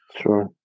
Sure